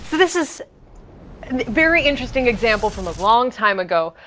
this is and a very interesting example from a long time ago.